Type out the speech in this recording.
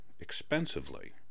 expensively